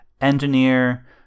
engineer